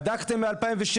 בדקתם ב-2006.